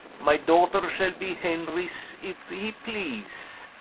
my daughter shall be henries, if he please